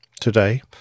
today